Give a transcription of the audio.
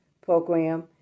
program